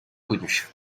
connu